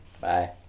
Bye